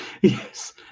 yes